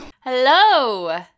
Hello